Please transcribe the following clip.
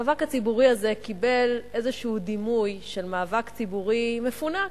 המאבק הציבורי הזה קיבל איזה דימוי של מאבק ציבורי מפונק,